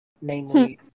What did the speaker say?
Namely